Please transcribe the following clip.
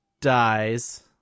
dies